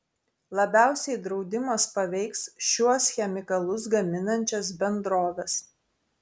labiausiai draudimas paveiks šiuos chemikalus gaminančias bendroves